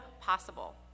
possible